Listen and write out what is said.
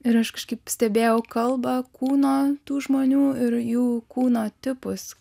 ir aš kažkaip stebėjau kalbą kūno tų žmonių ir jų kūno tipus